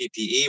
PPE